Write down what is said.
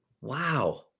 Wow